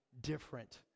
different